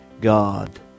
God